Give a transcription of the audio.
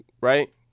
right